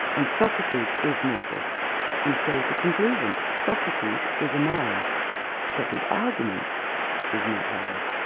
and socrates is mortal and so is the conclusion socrates is a man but the argument is not valid.